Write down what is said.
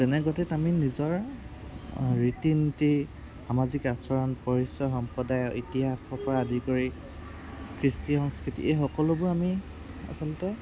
তেনে গতিত আমি নিজৰ ৰীতি নীতি সামাজিক আচৰণ পৰিচয় সম্প্ৰদায় ইতিহাসৰপৰা আদি কৰি কৃষ্টি সংস্কৃতিয়ে হওক এই সকলোবোৰ আমি আচলতে